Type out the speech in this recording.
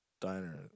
Diner